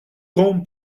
quand